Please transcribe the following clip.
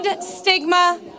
stigma